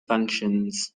functions